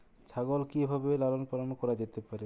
ছাগল কি ভাবে লালন পালন করা যেতে পারে?